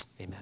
Amen